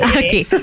okay